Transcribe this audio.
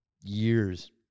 years